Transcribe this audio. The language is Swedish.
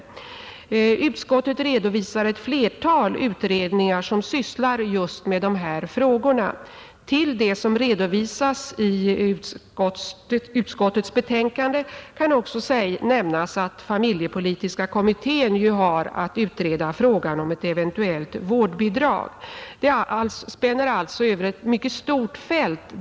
Utskottet redovisar ett flertal utredningar som sysslar just med dessa frågor. Till det som redovisas i utskottets betänkande kan också nämnas att familjepolitiska kommittén har att utreda frågan om ett eventuellt vårdbidrag.